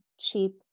cheap